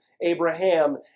Abraham